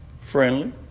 Friendly